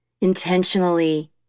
intentionally